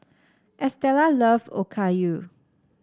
Estela love Okayu